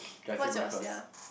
what's yours sia